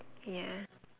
ya